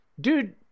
dude